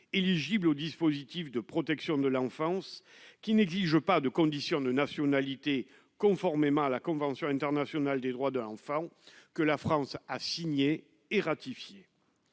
éligibles au dispositif de protection de l'enfance qui n'exige pas de conditions de nationalité, conformément à la convention internationale des droits de l'enfant que la France a signé et ratifié